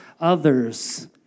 others